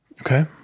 Okay